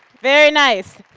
very nice!